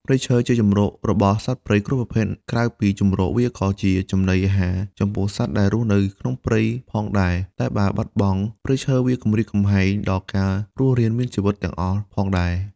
ព្រៃឈើជាជម្រករបស់សត្វព្រៃគ្រប់ប្រភេទនក្រៅពីជម្រកវាក៏ជាចំណីអារហារចំពោះសត្វដែលរស់នៅក្នុងព្រៃផងដែលតែបើបាត់បង់ព្រៃឈើវាគំរាមកំហែងដល់ការរស់រានមានជីវិតទាំងអស់ផងដែរ។